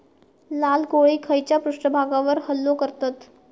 लाल कोळी खैच्या पृष्ठभागावर हल्लो करतत?